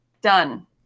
Done